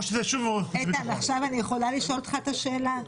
או שזה שוב יעבור לוועדת חוץ וביטחון.